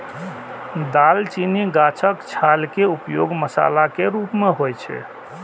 दालचीनी गाछक छाल के उपयोग मसाला के रूप मे होइ छै